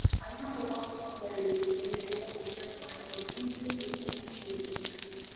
i found a lot of similarities between the animals i care for and the teenagers with whom i shared this journey.